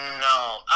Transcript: No